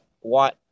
white